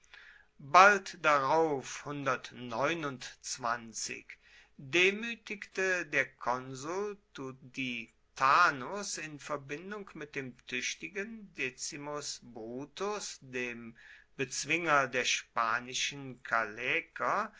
bald darauf demütigte der konsul tuditanus in verbindung mit dem tüchtigen decimus brutus dem bezwinger der spanischen